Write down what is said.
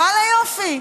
ואללה יופי,